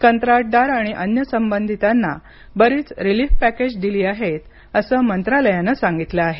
कंत्राटदार आणि अन्य संबंधितांना बरीच रिलिफ पॅकेज दिली आहेत असं मंत्रालयानं सांगितलं आहे